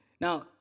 Now